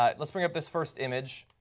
ah let's bring up this first image.